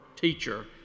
teacher